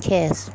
Kiss